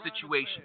situation